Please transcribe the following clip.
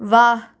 वाह